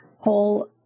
whole